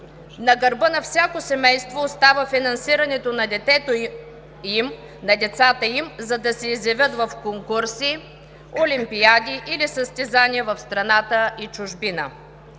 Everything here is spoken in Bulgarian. На гърба на всяко семейство остава финансирането на децата им, за да се изявят в конкурси, олимпиади или състезания в страната и чужбина.